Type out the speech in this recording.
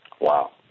wow